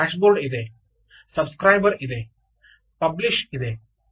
ಇಲ್ಲೊಂದು ಡ್ಯಾಶ್ಬೋರ್ಡ್ ಇದೆ subscriber ಇದೆ ಪಬ್ಲಿಶ್ ಇದೆ